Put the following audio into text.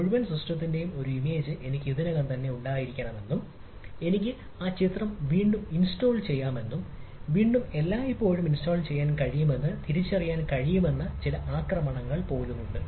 മുഴുവൻ സിസ്റ്റത്തിന്റെയും ഒരു ഇമേജ് എനിക്ക് ഇതിനകം തന്നെ ഉണ്ടായിരിക്കാമെന്നും എനിക്ക് ചിത്രം വീണ്ടും ഇൻസ്റ്റാൾ ചെയ്യാമെന്നും എനിക്ക് എല്ലായ്പ്പോഴും വീണ്ടും ഇൻസ്റ്റാൾ ചെയ്യാൻ കഴിയുമെന്ന് തിരിച്ചറിയാൻ കഴിയുമെങ്കിൽ ചില ആക്രമണങ്ങൾ പോലും ഉണ്ട്